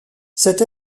cette